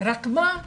רק מה?